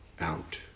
out